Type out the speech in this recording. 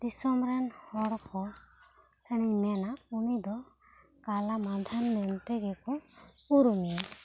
ᱫᱤᱥᱚᱢ ᱨᱮᱱ ᱦᱚᱲ ᱴᱷᱮᱱ ᱤᱧ ᱢᱮᱱᱟ ᱩᱱᱤ ᱫᱚ ᱠᱟᱞᱟ ᱢᱟᱫᱷᱟᱱ ᱢᱮᱱ ᱛᱮᱜᱮ ᱠᱚ ᱩᱨᱩᱢᱮᱭᱟ